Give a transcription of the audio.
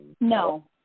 no